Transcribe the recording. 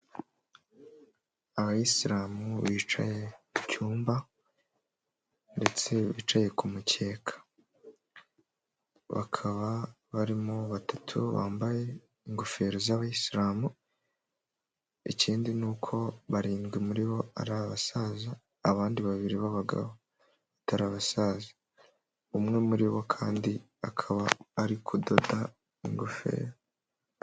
Abayisilamu bicaye mu cyumba ndetse bicaye ku mukeka bakaba barimo batatu bambaye ingofero z'abayisilamu, ikindi ni uko barindwi muri bo ari abasaza, abandi babiri b'abagabo batara abasaza, umwe muri bo kandi akaba ari kudoda ingofero.